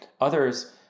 others